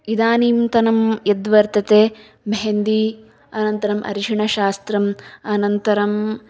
इदानीन्तनं यद् वर्तते मेहेन्दी अनन्तरम् अरिशिणशास्त्रम् अनन्तरं